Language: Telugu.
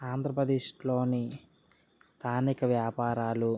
ఆంధ్రప్రదేశ్లోని స్థానిక వ్యాపారాలు